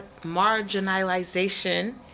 marginalization